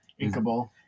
Inkable